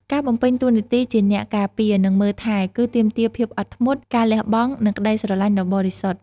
ការបំពេញតួនាទីជាអ្នកការពារ និងមើលថែ គឺទាមទារភាពអត់ធ្មត់ ការលះបង់ និងក្តីស្រលាញ់ដ៏បរិសុទ្ធ។